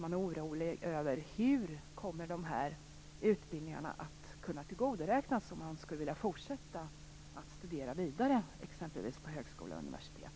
Man är orolig för hur man kommer att kunna tillgodoräkna sig dessa utbildningar om man vill fortsätta att studera på t.ex. högskola eller universitet.